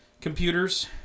computers